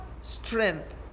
strength